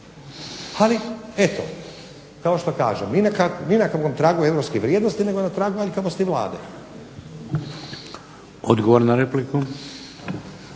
Ali eto kao što kažem ni na kakvom tragu europskih vrijednosti nego na tragu aljkavosti Vlade. **Šeks,